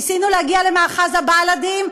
ניסינו להגיע למאחז הבלדים,